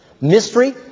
mystery